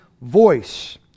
voice